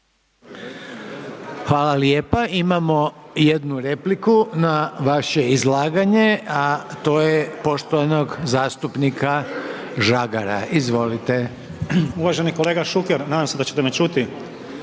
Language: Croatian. Hvala lijepa. Imamo jednu repliku na vaše izlaganje, a to je poštovanog zastupnika Žagara, izvolite. **Žagar, Tomislav (Nezavisni)** Uvaženi kolega Šuker, nadam se da ćete me čuti,